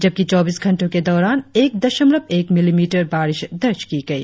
जबकि चौबीस घंटों के दौरान एक दशमलव एक मिलीमीटर बारिश दर्ज की गई